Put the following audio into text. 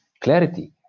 clarity